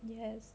yes